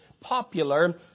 popular